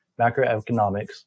macroeconomics